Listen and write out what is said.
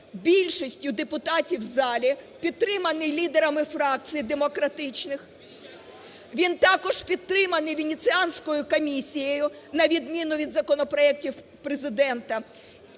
більшістю депутатів в залі, підтриманий лідерами фракцій демократичних, він також підтриманий Венеціанською комісією, на відміну від законопроектів Президента.